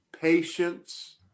patience